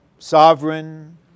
Sovereign